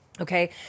Okay